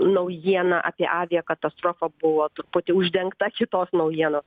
naujiena apie aviakatastrofą buvo truputį uždengta kitos naujienos